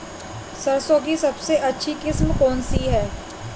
सरसों की सबसे अच्छी किस्म कौन सी है?